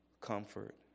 comfort